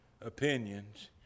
opinions